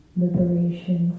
liberation